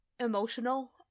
emotional